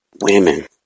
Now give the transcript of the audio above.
women